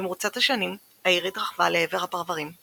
במרוצת השנים העיר התרחבה לעבר הפרוורים –